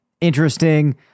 interesting